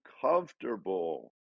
comfortable